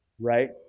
right